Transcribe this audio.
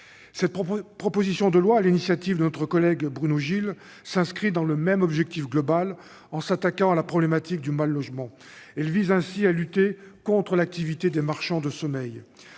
Cette proposition de loi, dont notre collègue Bruno Gilles est à l'origine, s'inscrit dans le même objectif global, en s'attaquant à la problématique du mal-logement : elle vise ainsi à lutter contre l'activité des marchands de sommeil.